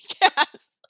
Yes